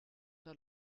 der